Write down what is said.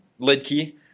Lidkey